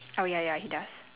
oh ya ya he does